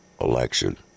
election